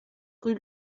rue